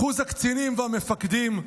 אחוז הקצינים והמפקדים,